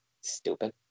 stupid